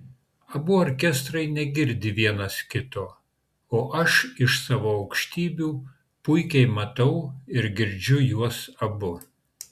abu orkestrai negirdi vienas kito o aš iš savo aukštybių puikiai matau ir girdžiu juos abu